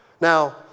Now